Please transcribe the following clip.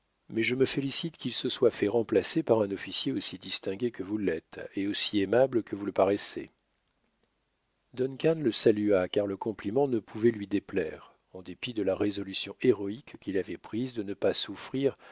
mais je me félicite qu'il se soit fait remplacer par un officier aussi distingué que vous l'êtes et aussi aimable que vous le paraissez duncan le salua car le compliment ne pouvait lui déplaire en dépit de la résolution héroïque qu'il avait prise de ne pas souffrir